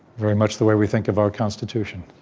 very much the way we think of our constitution.